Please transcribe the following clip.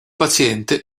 paziente